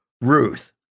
Ruth